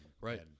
Right